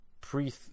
pre